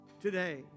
today